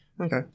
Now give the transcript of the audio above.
Okay